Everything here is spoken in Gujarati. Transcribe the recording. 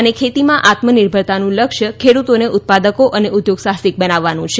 અને ખેતીમાં આત્મનિર્ભરતાનું લક્ષ્ય ખેડૂતોને ઉત્પાદકો અને ઉદ્યોગ સાહસિક બનાવવાનું છે